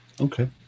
okay